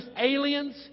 aliens